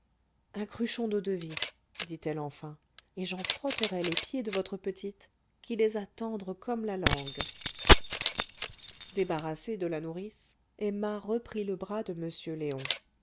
un cruchon deau devie dit-elle enfin et j'en frotterai les pieds de votre petite qui les a tendres comme la langue débarrassée de la nourrice emma reprit le bras de m léon